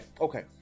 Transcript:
okay